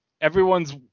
Everyone's